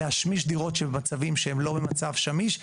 להשמיש דירות שהן לא במצב שמיש.